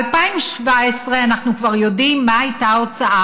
ב-2017 אנחנו כבר יודעים מה הייתה ההוצאה